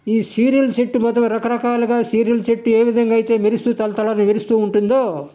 ఈ serial set రకరకాలుగా ఈ సీరియల్ సెట్టు ఏవిధంగా అయితే మెరుస్తూ తళతళ మెరుస్తూ ఉంటుందో